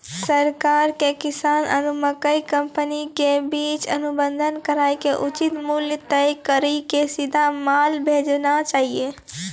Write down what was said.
सरकार के किसान आरु मकई कंपनी के बीच अनुबंध कराय के उचित मूल्य तय कड़ी के सीधा माल भेजना चाहिए?